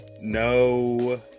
No